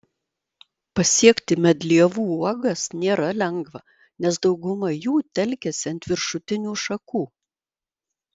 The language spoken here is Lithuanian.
pasiekti medlievų uogas nėra lengva nes dauguma jų telkiasi ant viršutinių šakų